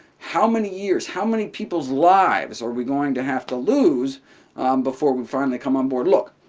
how many years, how many peoples' lives are we going to have to lose before we finally come on board? look,